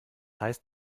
heißt